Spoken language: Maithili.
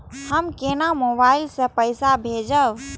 हम केना मोबाइल से पैसा भेजब?